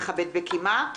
נכבד בקימה.